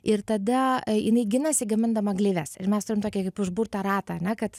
ir tada jinai ginasi gamindama gleives ir mes turim tokį kaip užburtą ratą ane kad